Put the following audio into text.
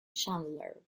chandler